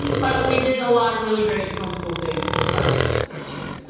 but we did a lot of really great homeschool things besides this this year.